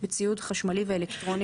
התשס"א-2001,